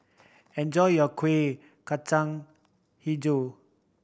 enjoy your Kuih Kacang Hijau